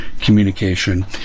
communication